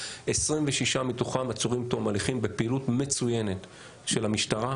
26 מתוכם עצורים עד תום ההליכים בפעילות מצוינת של המשטרה,